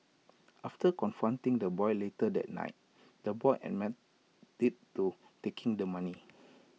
after confronting the boy later that night the boy admitted to taking the money